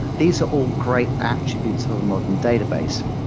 these are all great attributes of a modern database.